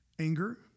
anger